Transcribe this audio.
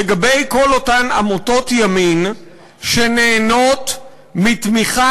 לגבי כל אותן עמותות ימין שנהנות מתמיכה